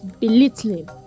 belittling